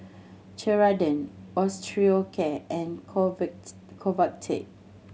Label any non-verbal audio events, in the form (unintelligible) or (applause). Ceradan Osteocare and (unintelligible) Convatec